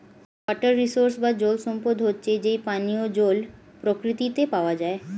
water resource বা জল সম্পদ হচ্ছে যেই পানিও জল প্রকৃতিতে পাওয়া যায়